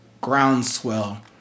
groundswell